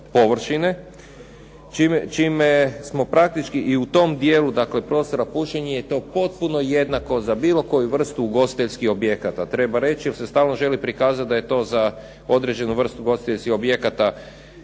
čime smo praktički i u tom dijelu dakle prostor za pušenje je potpuno jednako za bilo koju vrstu ugostiteljskih objekata. Treba reći jer se stalno želi prikazati da je to za određenu vrstu ugostiteljskih objekata,